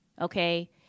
okay